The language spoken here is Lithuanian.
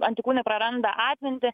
antikūniai praranda atmintį